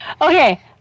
okay